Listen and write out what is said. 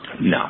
No